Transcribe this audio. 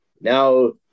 now